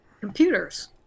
computers